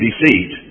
deceit